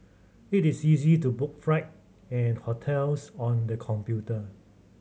it is easy to book fright and hotels on the computer